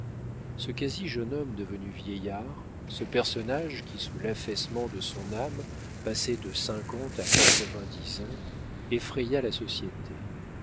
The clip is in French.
ce quasi jeune homme devenu vieillard ce personnage qui sous l'affaissement de son âme passait de cinquante à quatre-vingt-dix ans effraya la société